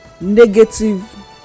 negative